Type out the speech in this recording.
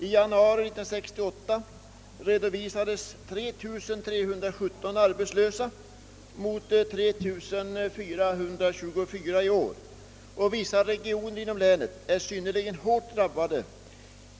I januari 1968 redovisades 3317 arbetslösa mot 3 424 i år, och vissa regioner inom länet är synnerligen hårt drabbade.